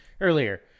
earlier